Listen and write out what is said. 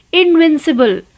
invincible